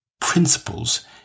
Principles